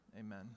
Amen